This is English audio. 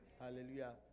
Hallelujah